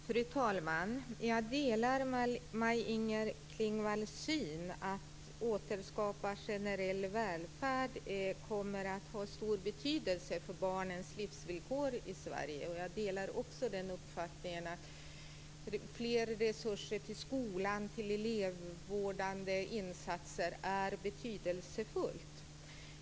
Fru talman! Jag delar Maj-Inger Klingvalls syn. Att återskapa generell välfärd kommer att ha stor betydelse för barnens livsvillkor i Sverige. Jag delar också uppfattningen att mer resurser till skolan och till elevvårdande insatser är betydelsefullt.